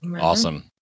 Awesome